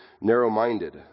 narrow-minded